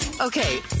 Okay